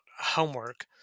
homework